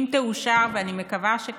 אם תאושר, ואני מקווה שכך,